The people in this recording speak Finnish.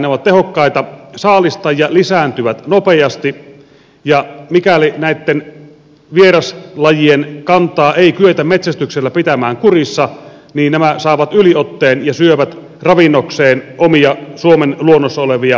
ne ovat tehokkaita saalistajia lisääntyvät nopeasti ja mikäli näitten vieraslajien kantaa ei kyetä metsästyksellä pitämään kurissa niin nämä saavat yliotteen ja syövät ravinnokseen omia suomen luonnossa olevia lajeja